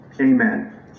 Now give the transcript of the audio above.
amen